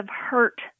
hurt